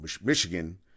Michigan